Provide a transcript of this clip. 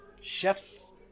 chefs